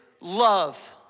love